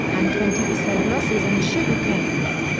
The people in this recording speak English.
and twenty percent losses in sugar canes.